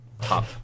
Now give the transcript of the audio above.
top